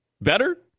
Better